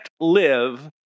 live